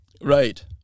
Right